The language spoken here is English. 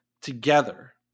together